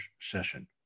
session